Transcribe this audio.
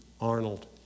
Arnold